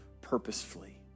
purposefully